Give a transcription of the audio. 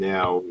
Now